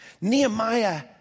Nehemiah